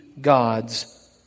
God's